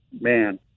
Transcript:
man